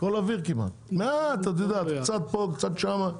הכול אוויר כמעט, מעט, את יודעת, קצת פה, קצת שם.